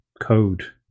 code